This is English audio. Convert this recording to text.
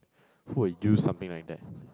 who would do something like that